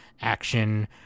action